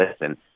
listen